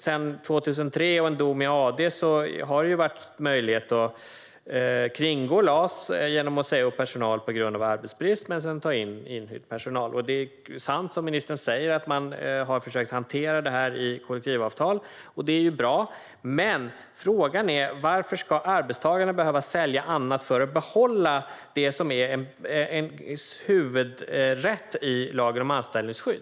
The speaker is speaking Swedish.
Sedan en dom i AD år 2003 har det varit möjligt att kringgå LAS genom att säga upp personal på grund av arbetsbrist och sedan ta in inhyrd personal. Det är sant som ministern säger att man har försökt att hantera detta i kollektivavtal. Det är bra, men frågan är varför arbetstagarna ska behöva sälja annat för att behålla det som är ens huvudrätt i lagen om arbetsskydd.